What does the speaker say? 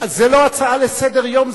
זו לא הצעה לסדר-היום,